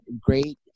great